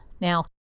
Now